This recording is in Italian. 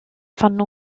fanno